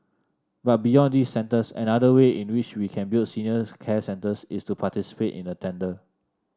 but beyond these centers another way in which we can build senior care centers is to participate in a tender